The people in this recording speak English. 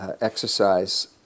exercise